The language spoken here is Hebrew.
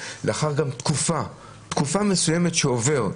גם לאחר תקופה מסוימת שהוא עובר.